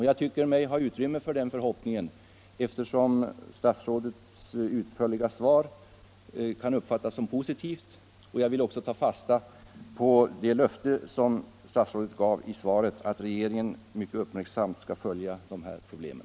Jag tycker mig ha utrymme för den förhoppningen, eftersom statsrådets utförliga svar kan uppfattas som positivt. Jag tar också fasta på det löfte som statsrådet ger i svaret att regeringen uppmärksamt skall följa de här problemen.